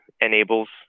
enables